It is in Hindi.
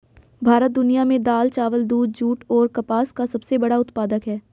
भारत दुनिया में दाल, चावल, दूध, जूट और कपास का सबसे बड़ा उत्पादक है